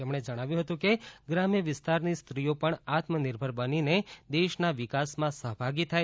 તેમણે જણાવ્યું હતું કે ગ્રામ્ય વિસ્તારની સ્ત્રીઓ પણ આત્મનિર્ભર બનીને દેશ વિકાસમાં સહભાગી થાય